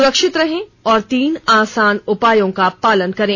सुरक्षित रहें और तीन आसान उपायों का पालन करें